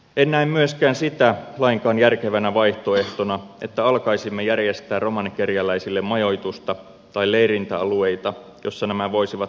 en näe myöskään sitä lainkaan järkevänä vaihtoehtona että alkaisimme järjestää romanikerjäläisille majoitusta tai leirintäalueita joissa nämä voisivat kerjuureissuillaan asustella